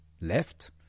left